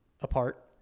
apart